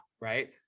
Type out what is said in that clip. right